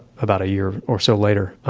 about a year or so later.